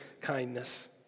kindness